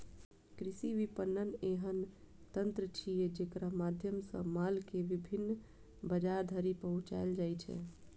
कृषि विपणन एहन तंत्र छियै, जेकरा माध्यम सं माल कें विभिन्न बाजार धरि पहुंचाएल जाइ छै